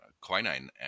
quinine